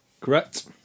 Correct